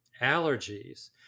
allergies